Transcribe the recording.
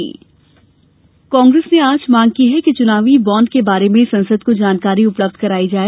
कांग्रेस चुनावी बांड कांग्रेस ने आज मांग की है कि चुनावी बांड के बारे में संसद को जानकारी उपलब्ध कराई जाए